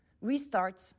restart